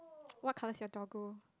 what colour is your toggle